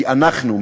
כי אנחנו,